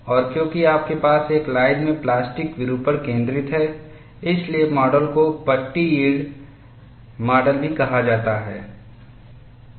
और क्योंकि आपके पास एक लाइन में प्लास्टिक विरूपण केंद्रित है इसलिए माडल को पट्टी यील्ड माडल भी कहा जाता है